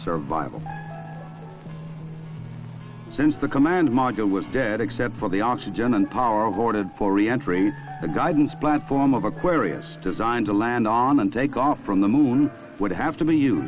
survival since the command module was dead except for the oxygen and power avoided for re entry the guidance platform of aquarius designed to land on and take off from the moon would have to be you